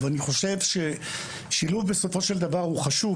אני חושב ששילוב בסופו של דבר הוא חשוב,